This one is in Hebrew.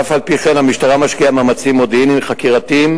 ואף-על-פי-כן המשטרה משקיעה מאמצים מודיעיניים וחקירתיים